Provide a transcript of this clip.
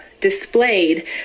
displayed